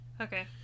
Okay